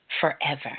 forever